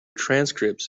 transcripts